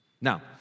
Now